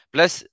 Plus